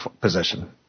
position